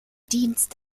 dienst